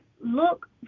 look